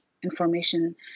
information